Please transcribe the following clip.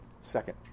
Second